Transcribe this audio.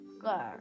girl